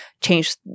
change